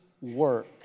work